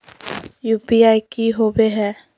UPI की होवे हय?